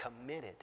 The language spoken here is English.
committed